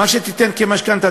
מה שתיתן כמשכנתה,